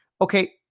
okay